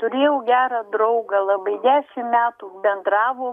turėjau gerą draugą labai dešim metų bendravom